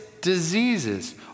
diseases